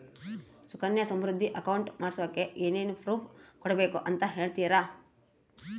Sukanya Samriddhi account ಮಾಡಿಸೋಕೆ ಏನೇನು proof ಕೊಡಬೇಕು ಅಂತ ಹೇಳ್ತೇರಾ?